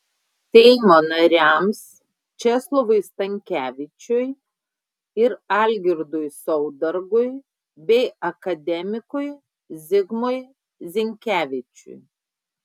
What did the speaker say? seimo nariams česlovui stankevičiui ir algirdui saudargui bei akademikui zigmui zinkevičiui